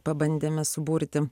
pabandėme suburti